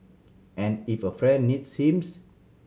and if a friend needs him